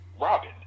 Robin